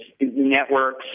networks